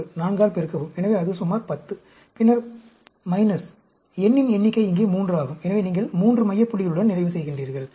236 4 ஆல் பெருக்கவும் எனவே அது சுமார் 10 பின்னர் n இன் எண்ணிக்கை இங்கே 3 ஆகும் எனவே நீங்கள் 3 மைய புள்ளிகளுடன் நிறைவு செய்கின்றீர்கள்